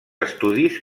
estudis